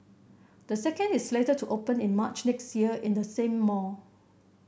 the second is slated to open in March next year in the same mall